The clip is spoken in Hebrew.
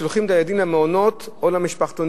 שולחים את הילדים למעונות או למשפחתונים,